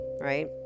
right